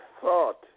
thought